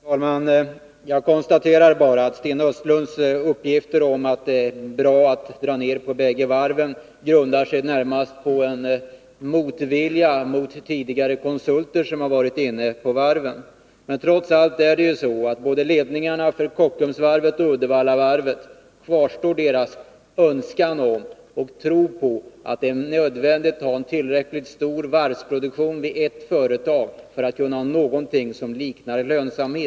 Herr talman! Jag konstaterar bara att Sten Östlunds uppgifter om att det är bra att dra ned på bägge varven närmast grundar sig på en motvilja mot tidigare konsulter, som varit inkopplade på arbetet med varven. Men trots allt kvarstår uppfattningen hos ledningarna för både Kockumsvarvet och Uddevallavarvet att det är nödvändigt att ha en tillräckligt stor varvsproduktion vid ett företag för att man skall uppnå någonting som liknar lönsamhet.